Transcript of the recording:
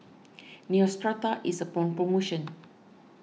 Neostrata is upon promotion